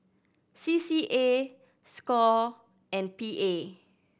C C A score and P A